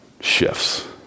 shifts